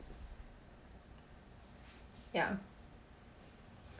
ya